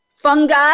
Fungi